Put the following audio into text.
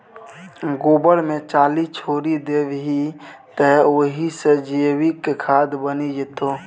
गोबर मे चाली छोरि देबही तए ओहि सँ जैविक खाद बनि जेतौ